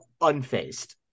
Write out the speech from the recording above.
unfazed